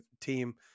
team